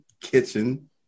Kitchen